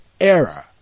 error